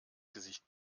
gesicht